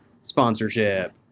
Sponsorship